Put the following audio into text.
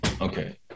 Okay